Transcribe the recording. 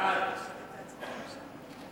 סעיף 1 נתקבל.